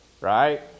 Right